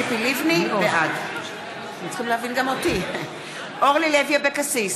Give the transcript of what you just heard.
בעד אורלי לוי אבקסיס,